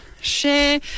Share